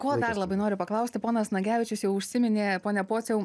ko dar labai noriu paklausti ponas nagevičius jau užsiminė pone pociau